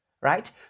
right